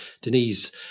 Denise